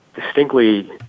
distinctly